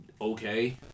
okay